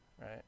right